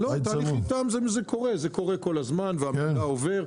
התהליך איתם קורה כל הזמן והמידע עובר.